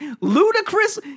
ludicrous